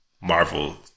Marvel